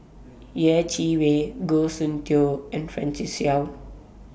Yeh Chi Wei Goh Soon Tioe and Francis Seow